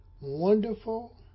wonderful